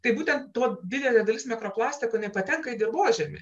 tai būtent tuo didelė dalis mikroplastiko jinai patenka į dirvožemį